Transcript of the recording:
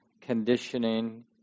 conditioning